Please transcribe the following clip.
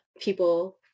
people